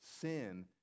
sin